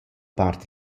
part